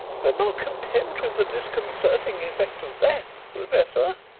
but not content with the disconcerting effect of that, professor,